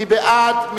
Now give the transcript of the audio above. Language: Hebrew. מי בעד?